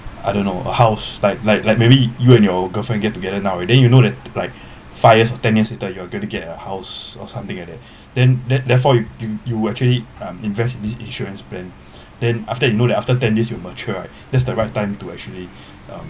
I don't know how s~ like like like maybe you and your girlfriend get together now then you know that like fires ten years later you are going to get a house or something like that then that therefore you you you actually invest in insurance plan then after you know the after than this you mature is the right time to actually